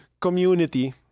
Community